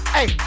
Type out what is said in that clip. Hey